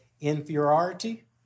inferiority